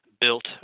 built